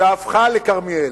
שהפכה לכרמיאל.